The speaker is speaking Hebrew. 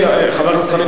חברי הכנסת,